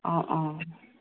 অঁ অঁ